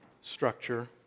structure